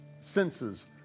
senses